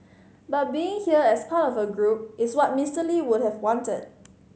but being here as part of a group is what Mister Lee would have wanted